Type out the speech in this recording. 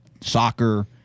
soccer